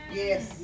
yes